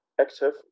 active